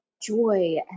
joy